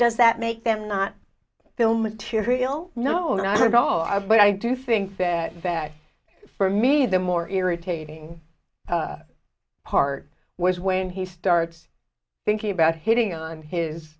does that make them not feel material no not at all but i do think that bad for me the more irritating part was when he starts thinking about hitting on his